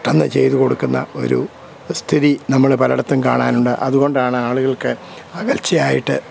പെട്ടെന്നു ചെയ്തു കൊടുക്കുന്ന ഒരു സ്ഥിതി നമ്മൾ പലയിടത്തും കാണാനുണ്ട് അതുകൊണ്ടാണ് ആളുകൾക്ക് അകൽച്ചയായിട്ട്